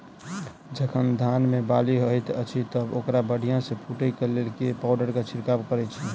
जखन धान मे बाली हएत अछि तऽ ओकरा बढ़िया सँ फूटै केँ लेल केँ पावडर केँ छिरकाव करऽ छी?